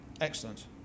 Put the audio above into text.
Excellent